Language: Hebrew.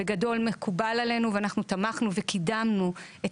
בגדול מקובל עלינו ואנחנו תמכנו וקידמנו את